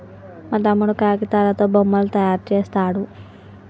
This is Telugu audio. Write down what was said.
మా తమ్ముడు కాగితాలతో బొమ్మలు తయారు చేస్తాడు